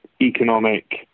economic